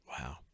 Wow